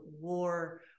war